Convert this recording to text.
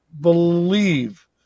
believe